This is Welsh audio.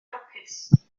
hapus